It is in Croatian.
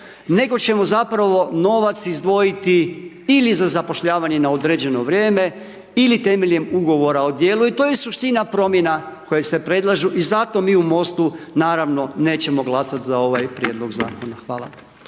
nego ćemo zapravo novac izdvojiti ili za zapošljavanje na određeno vrijeme ili temeljem ugovora o djelu i to je suština promjena koje se predlažu i zato mi u MOSTU naravno nećemo glasati za ovaj prijedlog zakona.